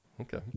okay